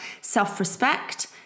self-respect